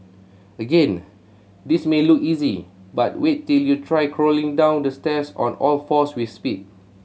again this may look easy but wait till you try crawling down the stairs on all fours with speed